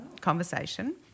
conversation